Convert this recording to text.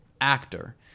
actor